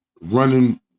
running